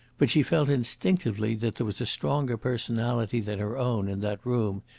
but she felt instinctively that there was a stronger personality than her own in that room,